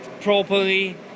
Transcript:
properly